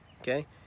Okay